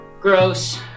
gross